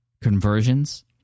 conversions